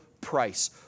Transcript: price